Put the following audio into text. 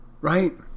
Right